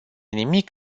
nimic